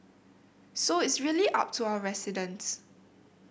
so it's really up to our residents